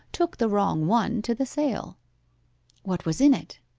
took the wrong one to the sale what was in it